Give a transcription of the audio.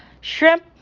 shrimp